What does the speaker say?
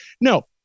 No